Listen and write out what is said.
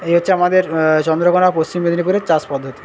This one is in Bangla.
এই হচ্ছে আমাদের চন্দ্রকোনা পশ্চিম মেদিনীপুরের চাষ পদ্ধতি